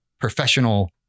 professional